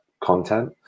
content